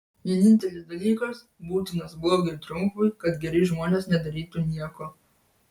vienintelis dalykas būtinas blogio triumfui kad geri žmonės nedarytų nieko